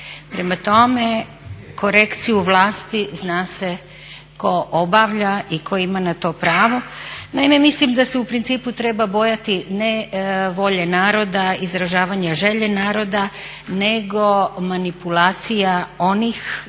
Prema tome, korekciju vlasti zna se tko obavlja i tko ima na to pravo. Naime, mislim da se u principu treba bojati ne volje naroda, izražavanja želje naroda nego manipulacija onih interesnih